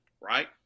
right